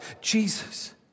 Jesus